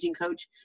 coach